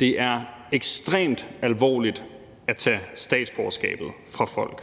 Det er ekstremt alvorligt at tage statsborgerskabet fra folk.